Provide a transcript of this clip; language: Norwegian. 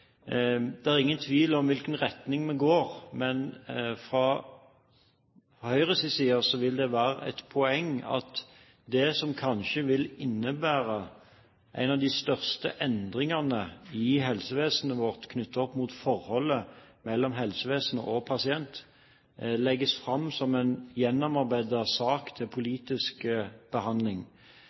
det er ingen tvil om i hvilken retning vi går – er at det vil være et poeng at det som kanskje vil innebære en av de største endringene i helsevesenet vårt knyttet opp mot forholdet mellom helsevesen og pasient, legges fram som en gjennomarbeidet sak til politisk behandling,